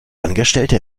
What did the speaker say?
angestellte